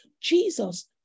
Jesus